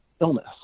illness